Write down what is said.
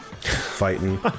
fighting